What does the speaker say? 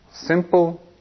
simple